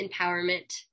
empowerment